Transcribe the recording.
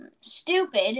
stupid